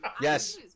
Yes